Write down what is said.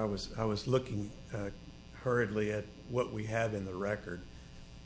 i was i was looking hurriedly at what we had in the record